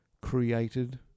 created